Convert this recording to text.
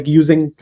using